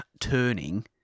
turning